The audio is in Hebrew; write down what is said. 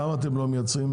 למה אתם לא מייצרים?